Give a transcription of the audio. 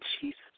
Jesus